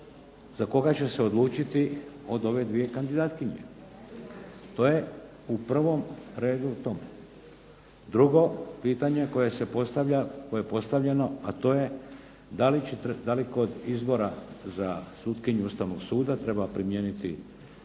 za koga će se odlučiti od ove dvije kandidatkinje. To je u prvom redu o tome. Drugo pitanje koje se postavlja, koje je postavljeno, a to je da li kod izbora za sutkinju Ustavnog suda treba primijeniti ustavnu